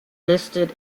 listed